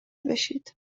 بشید